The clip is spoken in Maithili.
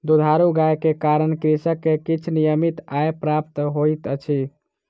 दुधारू गाय के कारण कृषक के किछ नियमित आय प्राप्त होइत अछि